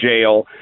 jail